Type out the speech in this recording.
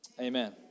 amen